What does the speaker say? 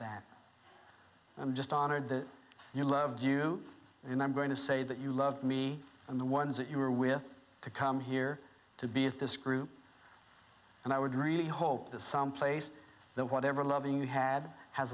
that i'm just honored that you loved you remembering to say that you loved me and the ones that you were with to come here to be with this group and i would really hope that some place that whatever loving you had has